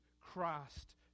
Christ